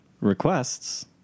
requests